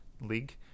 League